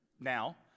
now